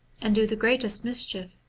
and do the greatest mischief.